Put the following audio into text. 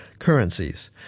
currencies